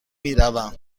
میروم